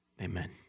Amen